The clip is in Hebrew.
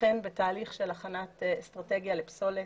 אכן בתהליך של הכנת אסטרטגיה לפסולת.